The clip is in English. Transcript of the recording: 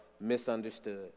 misunderstood